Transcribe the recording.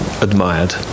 admired